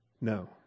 No